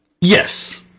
Yes